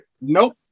Nope